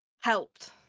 Helped